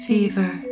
Fever